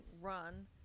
run